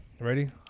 ready